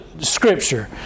Scripture